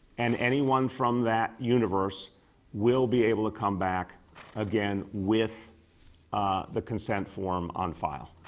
and anyone from that universe will be able to come back again with the consent form on file.